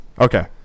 Okay